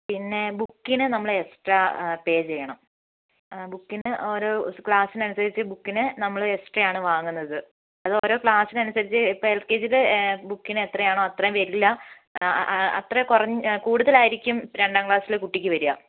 പിന്നെ ബുക്കിന് നമ്മൾ എക്സ്ട്രാ പേ ചെയ്യണം ബുക്കിന് ഓരോ ക്ലാസ്സിനനുസരിച്ച് ബുക്കിന് നമ്മൾ എക്സ്ട്രായാണ് വാങ്ങുന്നത് അത് ഓരോ ക്ലാസ്സിനനുസരിച്ച് ഇപ്പോൾ എൽ കെ ജിയുടെ ബുക്കിന് എത്രയാണോ അത്രയും വരില്ല അത്രയും കൂടുതലായിരിക്കും രണ്ടാം ക്ലാസ്സിലെ കുട്ടിക്ക് വരിക